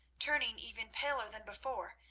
turning even paler than before,